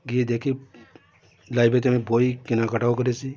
গিয়ে দেখে লাইব্রেরিতে আমি বই কেনাকাটাও করেছি